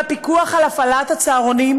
והפיקוח על הפעלת הצהרונים,